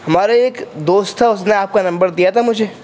ہمارے ایک دوست تھا اس نے آپ کا نمبر دیا تھا مجھے